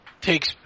takes